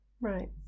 Right